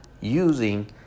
using